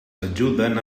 ajuden